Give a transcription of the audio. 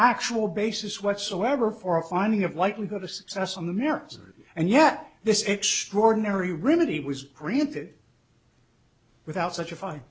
factual basis whatsoever for a finding of likelihood of success on the merits and yet this extraordinary remedy was granted without such a fi